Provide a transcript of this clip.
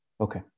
Okay